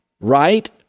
Right